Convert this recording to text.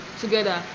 together